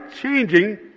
changing